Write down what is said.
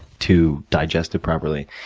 to digest it properly.